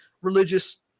religious